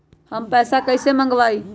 हम पैसा कईसे मंगवाई?